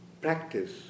practice